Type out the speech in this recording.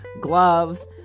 gloves